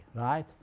right